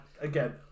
again